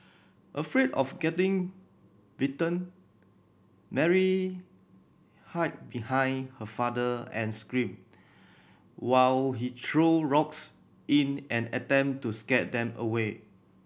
afraid of getting bitten Mary hide behind her father and screamed while he threw rocks in an attempt to scare them away